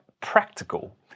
practical